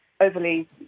overly